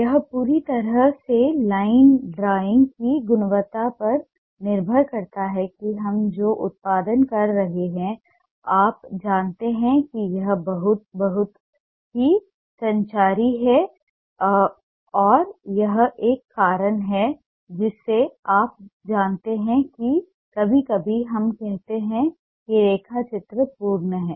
यह पूरी तरह से लाइन ड्राइंग की गुणवत्ता पर निर्भर करता है कि हम जो उत्पादन कर रहे हैं आप जानते हैं कि यह बहुत बहुत ही संचारी हो सकता है और यह एक कारण है जिसे आप जानते हैं कि कभी कभी हम कहते हैं कि रेखा चित्र पूर्ण हैं